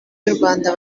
yurwanda